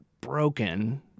broken